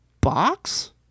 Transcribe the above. box